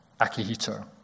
Akihito